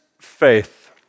faith